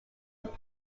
who